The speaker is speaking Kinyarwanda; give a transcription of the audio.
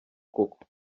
koko